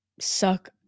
suck